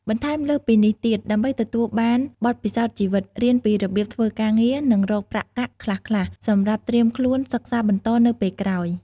បន្ថែមលើសពីនេះទៀត ដើម្បីទទួលបានបទពិសោធន៍ជីវិត រៀនពីរបៀបធ្វើការងារ និងរកប្រាក់កាក់ខ្លះៗសម្រាប់ត្រៀមខ្លួនសិក្សាបន្តនៅពេលក្រោយ។